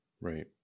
Right